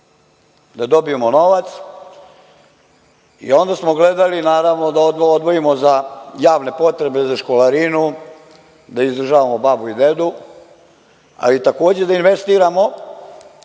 da dobijemo novac i onda smo gledali, naravno, da odvojimo za javne potrebe, za školarinu, da izdržavamo babu i dedu, ali takođe da investiramo